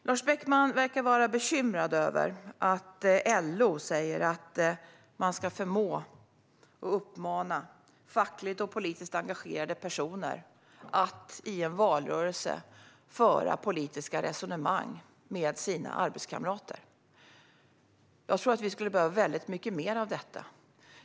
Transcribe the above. Lars Beckman verkar vara bekymrad över att LO säger att man ska förmå och uppmana fackligt och politiskt engagerade personer att i en valrörelse föra politiska resonemang med sina arbetskamrater. Jag tror att vi skulle behöva väldigt mycket mer av detta.